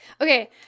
Okay